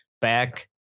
back